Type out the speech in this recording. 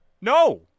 no